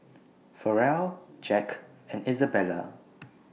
Farrell Jack and Izabella